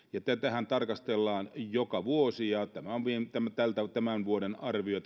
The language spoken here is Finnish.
tätähän tarkastellaan joka vuosi ja tämä erittäin uhanalaisuus tässä on tämän vuoden arvio